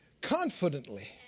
confidently